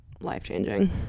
life-changing